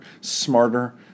smarter